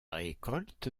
récolte